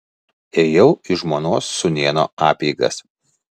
ėjau į žmonos sūnėno apeigas